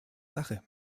sache